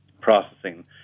processing